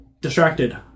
distracted